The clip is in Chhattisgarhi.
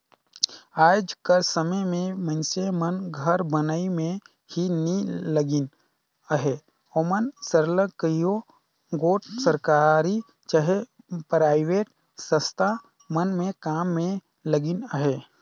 आएज कर समे में मइनसे मन घर बनई में ही नी लगिन अहें ओमन सरलग कइयो गोट सरकारी चहे पराइबेट संस्था मन में काम में लगिन अहें